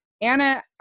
anna